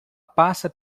passa